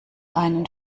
einen